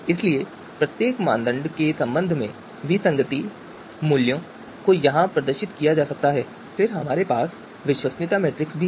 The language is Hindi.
इसलिए प्रत्येक मानदंड के संबंध में विसंगति मूल्यों को यहां प्रदर्शित किया जा सकता है और फिर हमारे पास विश्वसनीयता मैट्रिक्स भी है